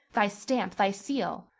thy stamp, thy seal,